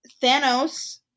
thanos